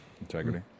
Integrity